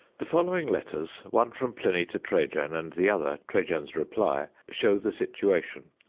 the following letters, one from pliny to trajan, and the other, trajan's reply, show the situation.